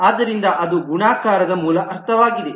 ಆದ್ದರಿಂದ ಅದು ಗುಣಾಕಾರದ ಮೂಲ ಅರ್ಥವಾಗಿದೆ